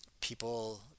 people